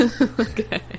okay